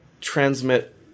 transmit